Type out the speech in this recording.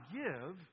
give